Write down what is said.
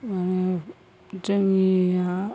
आरो जोंनिया